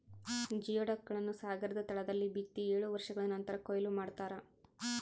geoduck ಗಳನ್ನು ಸಾಗರದ ತಳದಲ್ಲಿ ಬಿತ್ತಿ ಏಳು ವರ್ಷಗಳ ನಂತರ ಕೂಯ್ಲು ಮಾಡ್ತಾರ